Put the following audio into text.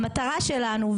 המטרה שלנו,